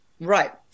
right